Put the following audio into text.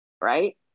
right